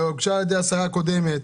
והוגש על ידי השרה הקודמת.